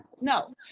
No